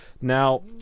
Now